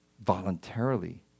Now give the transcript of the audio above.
voluntarily